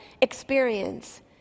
experience